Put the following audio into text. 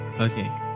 Okay